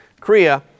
Korea